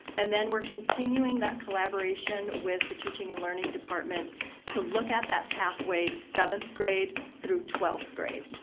and then we're continuing that collaboration with the teaching and learning department to look at that pathway, seventh grade through twelfth grade.